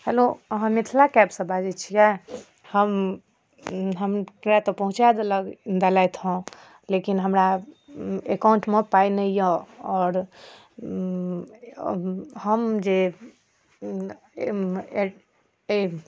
hello अहाँ मिथिला कैबसँ बाजै छिए हम हमरा तऽ पहुँचा देलक देलथि हँ लेकिन हमरा एकाउण्टमे पाइ नहि अइ आओर हम जे ए एक